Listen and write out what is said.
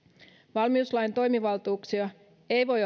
valmiuslain toimivaltuuksia ei voi